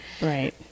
Right